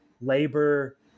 labor